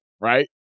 right